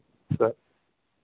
సరే